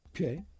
Okay